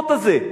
המכשפות הזה?